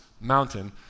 mountain